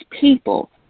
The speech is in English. people